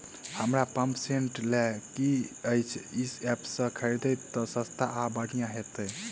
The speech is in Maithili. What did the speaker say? हमरा पंप सेट लय केँ अछि केँ ऐप सँ खरिदियै की सस्ता आ बढ़िया हेतइ?